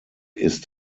ist